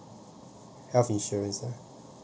health insurance